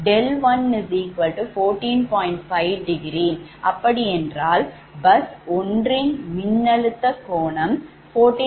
5∘ அப்படி என்றால் bus 1 இன் மின்னழுத்த கோணம் 14